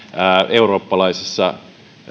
eurooppalaisessa